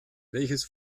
welches